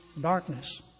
darkness